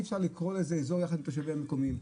אפשר לקרוא לזה אזור יחד עם התושבים המקומיים,